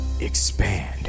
Expand